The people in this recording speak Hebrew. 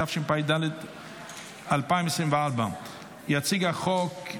התשפ"ד 2024. יציג את הצעת החוק,